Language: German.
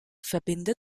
verbindet